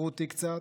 תפרו אותי קצת,